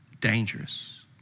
dangerous